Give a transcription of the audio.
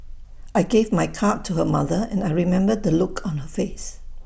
I gave my card to her mother and I remember the look on her face